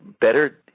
better